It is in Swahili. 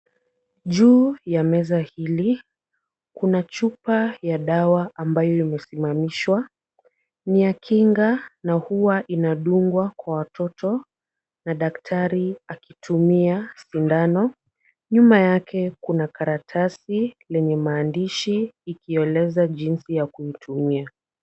Juu ya meza hili kuna chupa ya dawa ambayo imesimamishwa. Ni ya kinga na huwa inadungwa kwa watoto na daktari akitumia sindano. Nyuma yake kuna karatasi lenye maandishi ikieleza jinsi ya kuitumia.